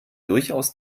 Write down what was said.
durchaus